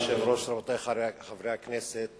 כבוד היושב-ראש, רבותי חברי הכנסת,